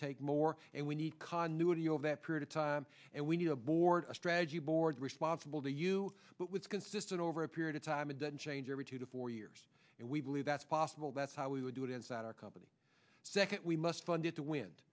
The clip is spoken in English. take more and we need continuity over that period of time and we need a board a strategy board responsible to you but was consistent over a period of time and then change every two to four years and we believe that's possible that's how we would do it inside our company second we must funded to wind